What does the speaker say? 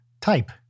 type